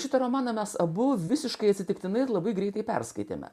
šitą romaną mes abu visiškai atsitiktinai ir labai greitai perskaitėme